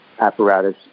apparatus